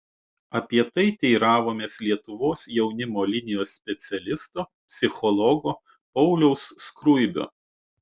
apie tai teiravomės lietuvos jaunimo linijos specialisto psichologo pauliaus skruibio